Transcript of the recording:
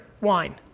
wine